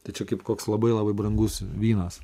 tačiau kaip koks labai labai brangus vynas